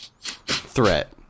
threat